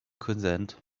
consent